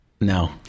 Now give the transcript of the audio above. No